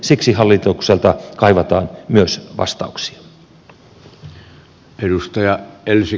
siksi hallitukselta kaivataan myös vastauksia